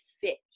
fit